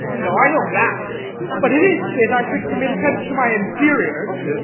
no, i know that but it is fit i should commit offence to my inferiors.